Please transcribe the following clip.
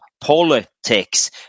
politics